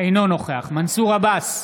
אינו נוכח מנסור עבאס,